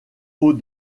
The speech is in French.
haut